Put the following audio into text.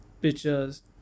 pictures